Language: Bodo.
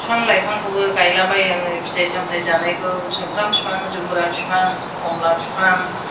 बिफां लाइफांखौबो गायलाबायो आङो फिथाइ सामथाय जानायखौ सुमफ्राम बिफां जुमब्रा बिफां खमला बिफां